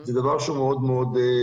זה דבר שהוא מאוד מטריד.